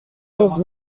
onze